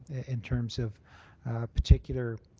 in terms of a particular